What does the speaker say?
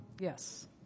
Yes